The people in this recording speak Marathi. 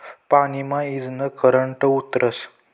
पानी मा ईजनं करंट उतरस